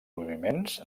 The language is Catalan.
moviments